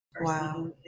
wow